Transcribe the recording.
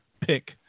pick